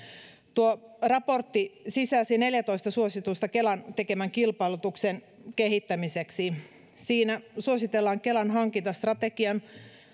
tuo raportti sisälsi neljätoista suositusta kelan tekemän kilpailutuksen kehittämiseksi siinä suositellaan kelan hankintastrategian